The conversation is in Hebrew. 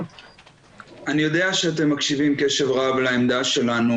אני יודע שאתם מקשיבים קשב רב לעמדה שלנו